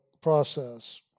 process